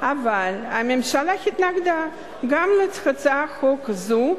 אבל הממשלה התנגדה גם להצעת חוק זו